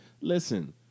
Listen